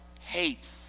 hates